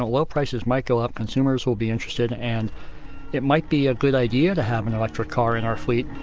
ah oil prices might go up, consumers will be interested, and it might be a good idea to have an electric car in our fleet,